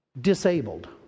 disabled